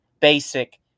basic